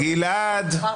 שברתי.